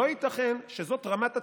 לא ייתכן שזאת רמת הטיעון.